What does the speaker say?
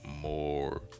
more